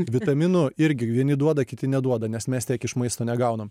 vitaminų irgi vieni duoda kiti neduoda nes mes tiek iš maisto negaunam